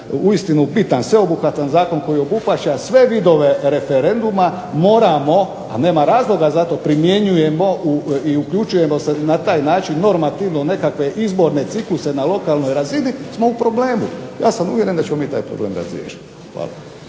uistinu bitan sveobuhvatan zakon koji obuhvaća sve vidove referenduma moramo, a nema razloga za to, primjenjujemo i uključujemo se na taj način normativno nekakve izborne cikluse na lokalnoj razini smo u problemu. Ja sam uvjeren da ćemo mi taj problem razriješiti.